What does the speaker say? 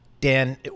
Dan